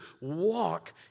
walk